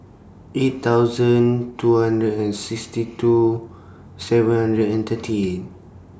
eight thousand two hundred and sixty two seven hundred and thirty eight